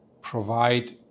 provide